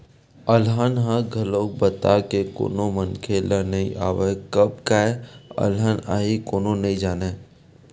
अलहन ह घलोक बता के कोनो मनखे ल नइ आवय, कब काय अलहन आही कोनो नइ जानय